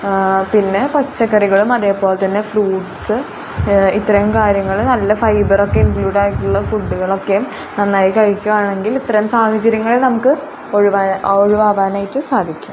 ആ പിന്നെ പച്ചക്കറികളും അതേപോലെ തന്നെ ഫ്രൂട്ട്സ് ഇത്രയും കാര്യങ്ങൾ നല്ല ഫൈബർ ഒക്കെ ഇൻക്ലൂഡ് ആയിട്ടുള്ള ഫുഡുകളൊക്കെയും നന്നായി കഴിക്കുവാണെങ്കിൽ ഇത്തരം സാഹചര്യങ്ങൾ നമുക്ക് ഒഴിവാ ഒഴിവാവാനായിട്ട് സാധിക്കും